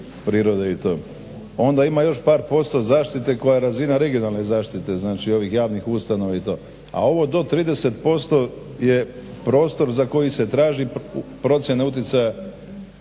Onda ima još par posto zaštite koja je razina regionalne zaštite, znači ovih javnih ustanova i to, a ovo do 30% je prostor za koji se traži procjena utjecaja